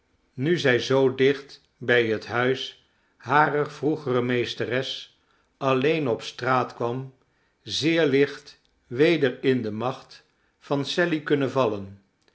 nu zij zoo dicht bij het huis harer vroegere meesteres alleen op de straat kwam zeer licht weder in de macht van sally kunnen vallen